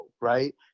right